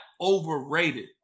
overrated